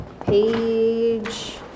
Page